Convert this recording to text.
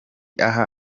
aha